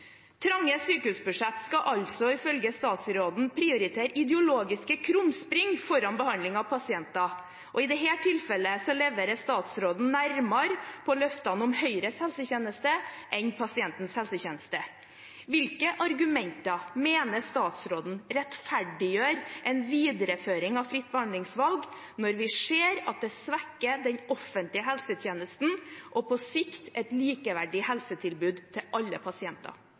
Trange sykehusbudsjett skal altså ifølge statsråden prioritere ideologiske krumspring foran behandling av pasienter, og i dette tilfellet leverer statsråden nærmere på løftene om Høyres helsetjeneste enn pasientens helsetjeneste. Hvilke argumenter mener statsråden rettferdiggjør en videreføring av fritt behandlingsvalg, når vi ser at det svekker den offentlige helsetjenesten og på sikt et likeverdig helsetilbud til alle pasienter?